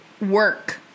work